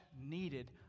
needed